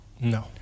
No